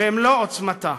במלוא עוצמתה,